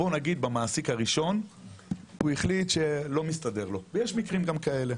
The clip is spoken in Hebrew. בואו נגיד במעסיק הראשון הוא החליט שלא מסתדר לו ויש גם מקרים כאלה.